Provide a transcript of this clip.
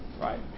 right